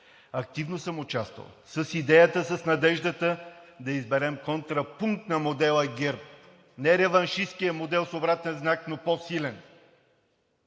активно съм участвал с идеята, с надежда да изберем контрапункт на модела ГЕРБ, а не реваншисткия модел с обратен знак, но по-силен!